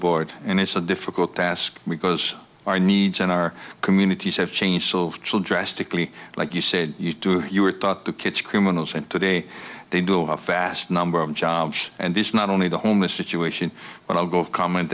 board and it's a difficult task because our needs in our communities have changed so chill drastically like you said you were taught the kids criminals and today they do a fast number of jobs and this not only the homeless situation but i'll go comment